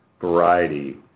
variety